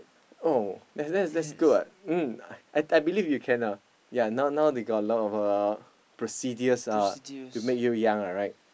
oh and that's that's good [what] mm I believe you can lah ya now now now they got lot of procedures uh to make you young right